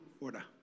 order